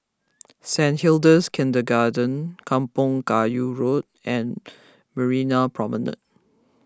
Saint Hilda's Kindergarten Kampong Kayu Road and Marina Promenade